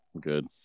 good